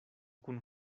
kun